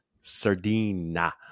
Sardina